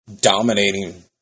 dominating